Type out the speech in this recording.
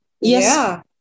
Yes